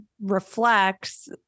reflects